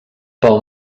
pel